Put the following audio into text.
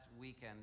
weekend